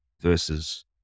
versus